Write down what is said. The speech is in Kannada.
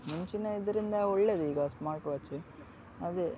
ಮುಂಚಿನ ಇದರಿಂದ ಒಳ್ಳೆದೀಗ ಸ್ಮಾರ್ಟ್ ವಾಚ್ ಅದೆ